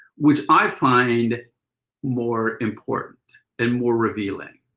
which i find more important and more revealing.